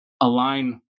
align